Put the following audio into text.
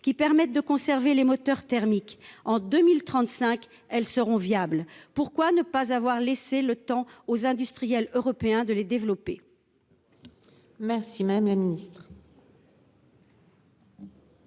qui permettent de conserver les moteurs thermiques en 2035, elles seront viables. Pourquoi ne pas avoir laissé le temps aux industriels européens de les développer.